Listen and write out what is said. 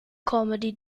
comedy